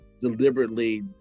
deliberately